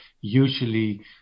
usually